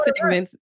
segments